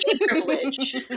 privilege